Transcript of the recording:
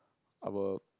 our